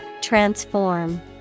Transform